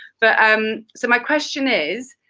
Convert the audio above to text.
but um so my question is,